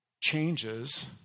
changes